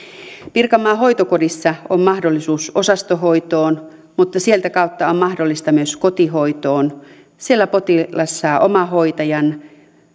pirkanmaan hoitokodissa on mahdollisuus osastohoitoon mutta sieltä kautta on mahdollisuus myös kotihoitoon siellä potilas saa omahoitajan